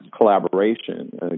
Collaboration